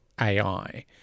ai